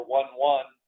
one-one